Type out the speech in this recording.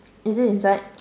is it inside